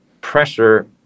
pressure